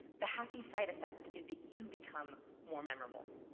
the happy side effect is that you become more memorable.